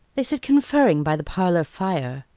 they sit conferring by the parlour fire.